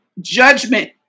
judgment